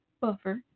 buffer